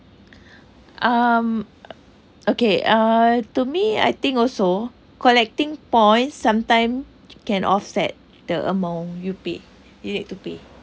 um okay uh to me I think also collecting point sometime can offset the amount you paid you need to pay